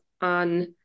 on